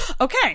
okay